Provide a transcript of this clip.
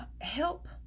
help